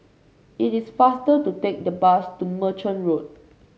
it is faster to take the bus to Merchant Road